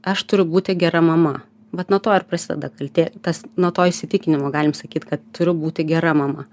aš turiu būti gera mama vat nuo to ir prasideda kaltė tas nuo to įsitikinimo galim sakyt kad turiu būti gera mama